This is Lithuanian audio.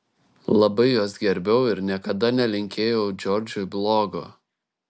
labai juos gerbiau ir niekada nelinkėjau džordžui blogo